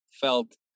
felt